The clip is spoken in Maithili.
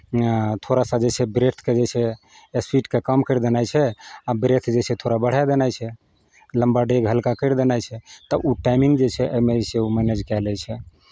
थोड़ा सा जे छै ब्रेथके जे छै स्पीडके कम करि देनाइ छै आ ब्रेथ जे छै थोड़ा बढ़ाए देनाइ छै लम्बा डेग हलका करि देनाइ छै तऽ ओ टाइमिंग जे छै एहिमे जे छै ओ मैनेज कए लै छै